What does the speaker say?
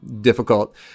difficult